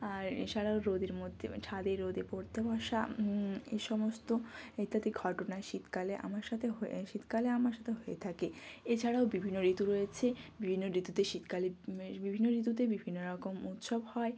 আর এ ছাড়া রোদের মধ্যে আমি ছাদে রোদে পড়তে বসা এই সমস্ত ইত্যাদি ঘটনা শীতকালে আমার সাথে হয়ে শীতকালে আমার সাথে হয়ে থাকে এছাড়াও বিভিন্ন ঋতু রয়েছে বিভিন্ন ঋতুতে শীতকালে বিভিন্ন ঋতুতে বিভিন্ন রকম উৎসব হয়